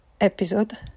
episode